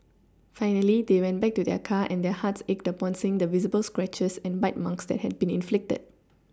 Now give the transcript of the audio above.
finally they went back to their car and their hearts ached upon seeing the visible scratches and bite marks that had been inflicted